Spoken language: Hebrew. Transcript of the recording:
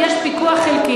וכל עוד יש פיקוח חלקי,